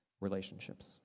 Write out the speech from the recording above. relationships